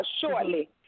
shortly